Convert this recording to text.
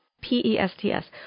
P-E-S-T-S